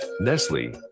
Nestle